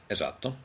Esatto